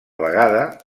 vegada